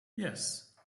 yes